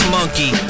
Monkey